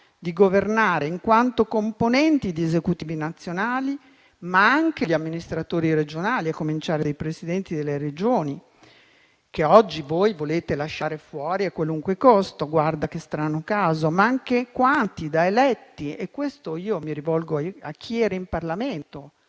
di governare in quanto componenti di Esecutivi nazionali, ma anche di amministratori regionali, a cominciare dai Presidenti delle Regioni, che oggi voi volete lasciare fuori a qualunque costo - guarda che strano caso - ma anche in quanto eletti. In questo io mi rivolgo a chi era in Parlamento: